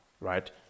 right